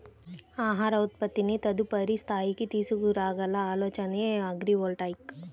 ఆహార ఉత్పత్తిని తదుపరి స్థాయికి తీసుకురాగల ఆలోచనే అగ్రివోల్టాయిక్